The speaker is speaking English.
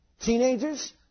Teenagers